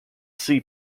sea